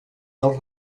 del